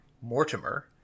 Mortimer